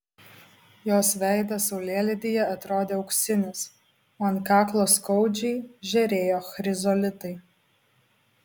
jos veidas saulėlydyje atrodė auksinis o ant kaklo skaudžiai žėrėjo chrizolitai